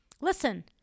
listen